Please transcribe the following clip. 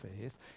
faith